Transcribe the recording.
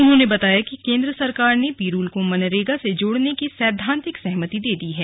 उन्होंने बताया कि केन्द्र सरकार ने पिरूल को मनरेगा से जोड़ने की सैद्वान्तिक सहमति दे दी है